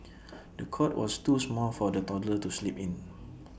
the cot was too small for the toddler to sleep in